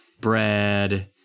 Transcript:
bread